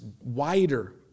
wider